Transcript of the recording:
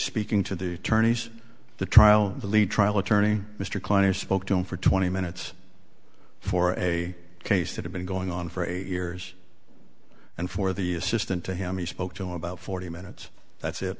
speaking to do tourney's the trial the lead trial attorney mr kleiner spoke to him for twenty minutes for a case that have been going on for eight years and for the assistant to him he spoke to about forty minutes that's it